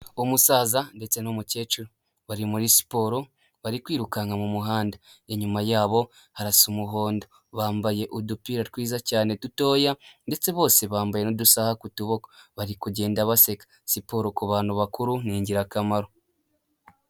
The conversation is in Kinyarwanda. Umusaza ndetse n'umukecuru bari muri siporo bari kwirukanka mu muhanda. Inyuma yabo harasa umuhondo; bambaye udupira twiza cyane dutoya ndetse bose bambaye n'udusaha ku kuboko. Bari kugenda baseka, siporo ku bantu bakuru ni ingirakamaro.